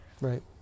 Right